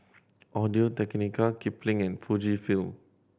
Audio Technica Kipling and Fujifilm